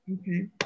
Okay